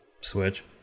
Switch